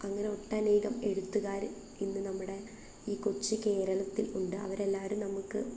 അങ്ങനെ ഒട്ടനേകം എഴുത്തുകാര് ഇന്ന് നമ്മുടെ ഈ കൊച്ചു കേരളത്തിൽ ഉണ്ട് അവരെല്ലാരും നമുക്ക്